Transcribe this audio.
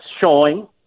showing